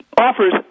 offers